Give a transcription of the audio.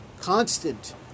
constant